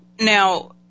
Now